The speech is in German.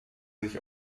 sich